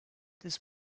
this